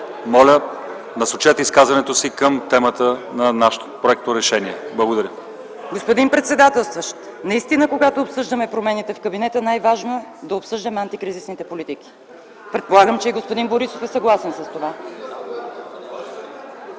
моля, насочете изказването си към темата на нашето проекторешение. Благодаря. КОРНЕЛИЯ НИНОВА: Господин председателстващ, наистина когато обсъждаме промените в кабинета, най-важно е да обсъждаме антикризисните политики. Предполагам, че и господин Борисов е съгласен с това.